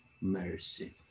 mercy